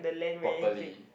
properly